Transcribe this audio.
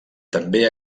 també